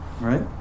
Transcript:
right